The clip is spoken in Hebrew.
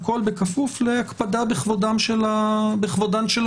הכול בכפוף להקפדה בכבודן של הבריות,